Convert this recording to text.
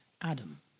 Adam